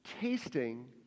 tasting